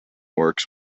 works